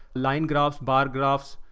line graphs, bar graphs,